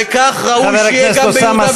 וכך ראוי שיהיה גם ביהודה ושומרון.